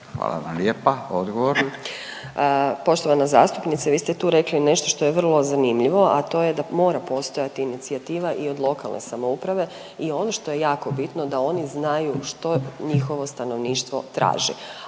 Željka (HDZ)** Poštovana zastupnice, vi ste tu rekli nešto što je vrlo zanimljivo, a to je da mora postojati inicijativa i od lokalne samouprave i ono što je jako bitno, da oni znaju što njihovo stanovništvo traži,